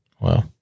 Wow